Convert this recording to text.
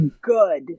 good